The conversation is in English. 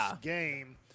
game